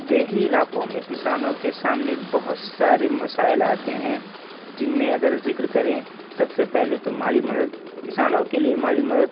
دیہی علاقوں میں کسانوں کے سامنے بہت سارے مسائل آتے ہیں جن میں اگر ذکر کریں سب سے پہلے تو مالی مدد کسانوں کے لیے مالی مدد